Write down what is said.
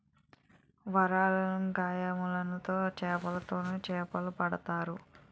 వలలు, గాలములు తో చేపలోలు చేపలు పడతారు